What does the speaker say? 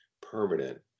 permanent